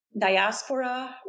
diaspora